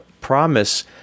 promise